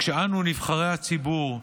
כשאנו, נבחרי הציבור,